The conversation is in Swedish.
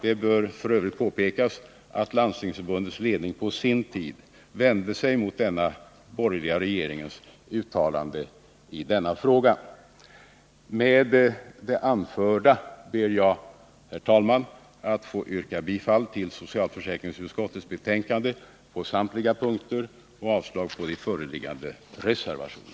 Det bör för övrigt påpekas att Landstingsförbundets ledning på sin tid vände sig emot den borgerliga regeringens uttalande i denna fråga. Med det anförda ber jag, herr talman, att få yrka bifall till socialförsäk ringsutskottets hemställan, vilket innebär avslag på de föreliggande reservationerna.